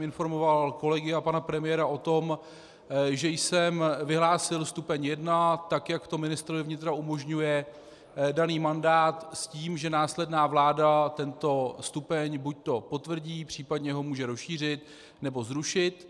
Informoval jsem kolegy a pana premiéra o tom, že jsem vyhlásil stupeň jedna, tak jak to ministrovi vnitra umožňuje daný mandát s tím, že následná vláda tento stupeň buď potvrdí, případně ho může rozšířit, nebo zrušit.